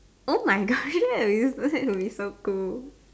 oh my Gosh that would be that would be so cool